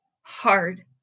hard